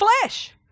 flesh